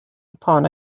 upon